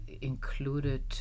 included